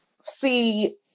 see